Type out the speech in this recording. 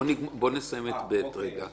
בואו נסיים את (ב) רגע.